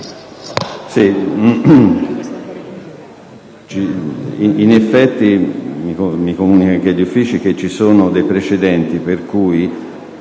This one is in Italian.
In effetti mi comunicano gli Uffici che ci sono dei precedenti per cui